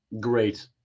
great